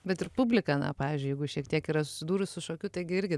bet ir publika na pavyzdžiui jeigu šiek tiek yra susidūrus su šokiu taigi irgi